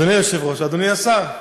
אדוני היושב-ראש, אדוני השר והצופים,